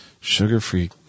Sugar-free